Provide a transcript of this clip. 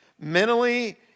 mentally